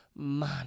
Man